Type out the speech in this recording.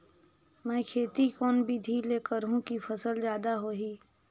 मै खेती कोन बिधी ल करहु कि फसल जादा होही